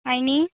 आनी